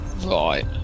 Right